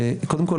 קודם כול,